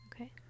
Okay